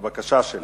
הבקשה שלה.